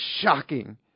shocking